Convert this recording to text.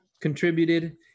contributed